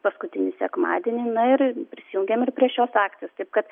paskutinį sekmadienį na ir prisijungėm ir prie šios akcijos taip kad